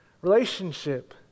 relationship